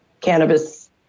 cannabis